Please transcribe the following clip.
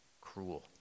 cruel